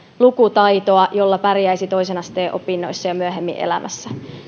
lukutaitoa jolla pärjäisi toisen asteen opinnoissa ja myöhemmin elämässä